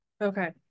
Okay